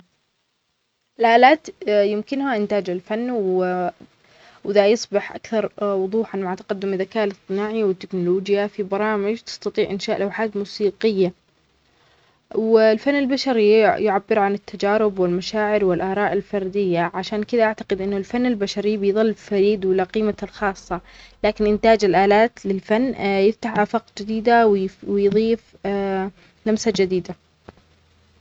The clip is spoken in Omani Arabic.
الآلات يمكنها إنتاج الفن، و-وذا يصبح أكثر وضوحاً مع تقدم الذكاء الاصطناعي والتكنولوجيا في برامج تستطيع إنشاء لوحات موسيقية. والفن البشري يع-يعبر عن التجارب والمشاعر والأراء الفردية. عشان كده أعتقد أن الفن البشري بيظل فريد وله قيمة الخاصة. لكن إنتاج الآلات للفن يفتح آفاق جديدة وويف-ويضيف لمسه جديدة.